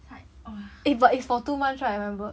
才 !wah!